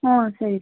ಹ್ಞೂ ಸರಿ